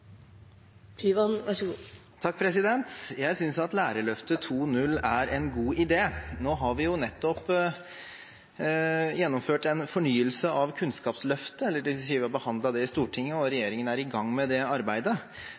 en god idé. Nå har vi nettopp gjennomført en fornyelse av Kunnskapsløftet, dvs. vi har behandlet det i Stortinget, og regjeringen er i gang med det arbeidet.